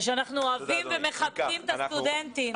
ושאנחנו אוהבים ומכבדים את הסטודנטים.